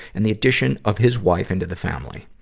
and the addition of his wife into the family.